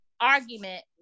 argument